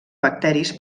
bacteris